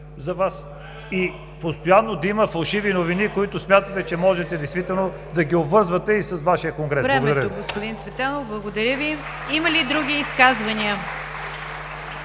за Вас и постоянно да има фалшиви новини, които смятате, че можете действително да ги обвързвате и с Вашия конгрес. Благодаря.